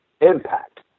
impact